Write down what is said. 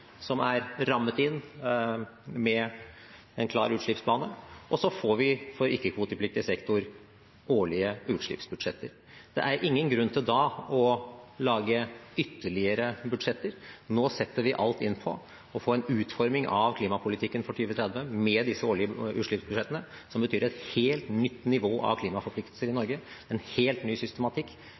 som er rammet inn med en klar utslippsbane, og så får vi for ikke-kvotepliktig sektor årlige utslippsbudsjetter. Det er ingen grunn til da å lage ytterligere budsjetter. Nå setter vi alt inn på å få en utforming av klimapolitikken for 2030 med disse årlige utslippsbudsjettene, som betyr et helt nytt nivå av klimaforpliktelser i Norge, en helt ny systematikk